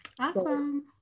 Awesome